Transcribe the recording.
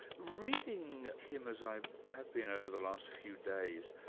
reading him, as i have been over the last few days,